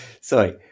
Sorry